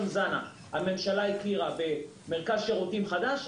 הממשלה הכירה במרכז שירותים חדש,